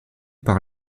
par